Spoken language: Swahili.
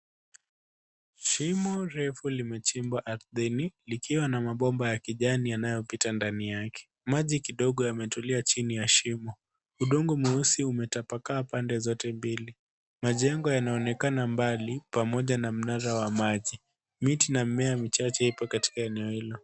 Shimo refu limechimbwa ardhini likiwa na mabomba ya kijani yanayopita ndani yake. Maji kidogo yametulia chini ya shimo. Udongo mweusi umetapakaa pande zote mbili. Majengo yanaonekana mbali pamoja na mnara wa maji. Miti na mimea michache iko katika eneo hilo.